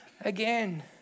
again